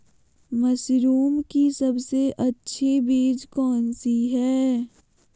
Mushroom की सबसे अच्छी बीज कौन सी है?